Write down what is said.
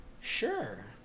Sure